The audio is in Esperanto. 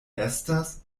estas